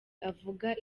avuga